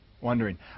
wondering